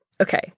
Okay